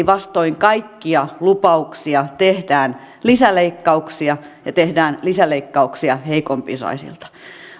vastoin kaikkia lupauksia tehdään lisäleikkauksia ja tehdään lisäleikkauksia heikompiosaisilta